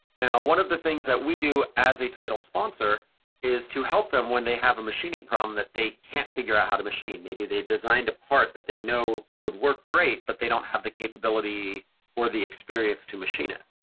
now, one of the things that we do as a title sponsor is to help them when they have a machining problem that they can't figure out how to machine. maybe they've designed a part that they know would work great, but they don't have the capability or the experience to machine it.